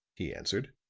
he answered.